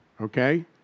Okay